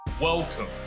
welcome